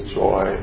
joy